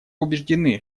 убеждены